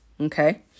Okay